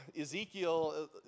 Ezekiel